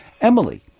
Emily